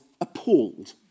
appalled